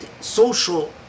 social